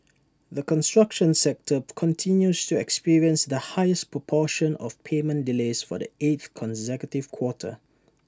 the construction sector continues to experience the highest proportion of payment delays for the eighth consecutive quarter